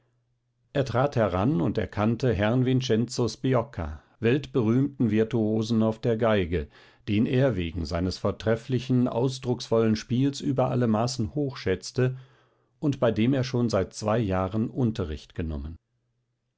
er trat heran und erkannte herrn vincenzo sbiocca weltberühmten virtuosen auf der geige den er wegen seines vortrefflichen ausdrucksvollen spiels über alle maßen hochschätzte und bei dem er schon seit zwei jahren unterricht genommen